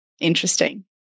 interesting